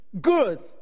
good